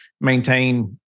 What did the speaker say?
maintain